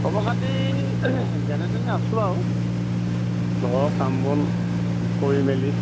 খবৰ খাতি যেনে তেনে আছোঁ আৰু ঘৰৰ কাম বন কৰি মেলি